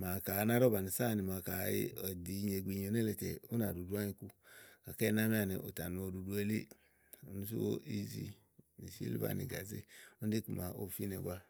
màa kayi á ná ɖɔ̀ bàni ízilɛ áni màaɖu kàɖi èdi unyegbinyo nélèe tè ú nà ɖuɖu ányi ku gàké ɛnɛ́ àámi àni tà nù oɖuɖu elíì úni sú ízi nì sìlvà nì gàzé úni ɖi iku màa ówo fínɛ ɛnɛ wàa.